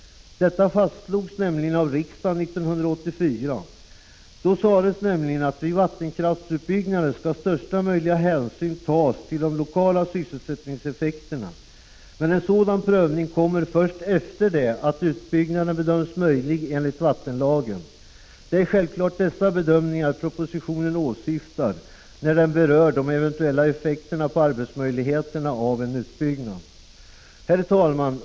Detta fastslogs av riksdagen år 1984. Då sades nämligen att vid vattenkraftsutbyggnad största möjliga hänsyn skall tas till de lokala sysselsättningseffekterna. Men en sådan prövning kommer först efter det att utbyggnaden bedömts möjlig enligt vattenlagen. Det är självfallet dessa bedömningar som propositionen åsyftar när den berör de eventuella effekterna på arbetsmöjligheterna av en utbyggnad. Herr talman!